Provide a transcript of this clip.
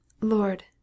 lord